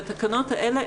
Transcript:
והתקנות האלה,